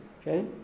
okay